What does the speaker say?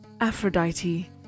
aphrodite